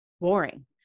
boring